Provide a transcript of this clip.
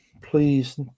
Please